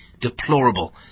deplorable